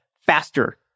faster